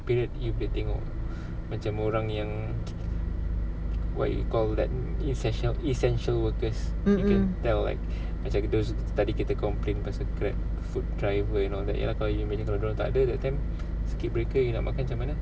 mm mm